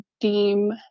deem